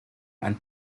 and